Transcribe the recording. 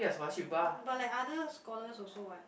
but like other scholars also what